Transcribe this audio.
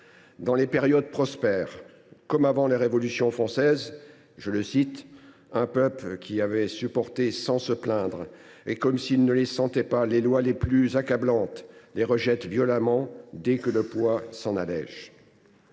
dans les périodes prospères, comme celle qui a précédé la Révolution française :« Un peuple qui avait supporté sans se plaindre, et comme s’il ne les sentait pas, les lois les plus accablantes, les rejette violemment dès que le poids s’en allège.